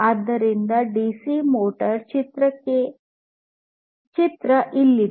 ಆದ್ದರಿಂದ DC motor ಚಿತ್ರ ಇಲ್ಲಿದೆ